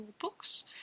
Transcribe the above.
books